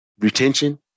Retention